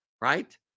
right